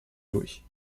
durch